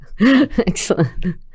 Excellent